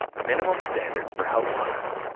minimum standards for health plans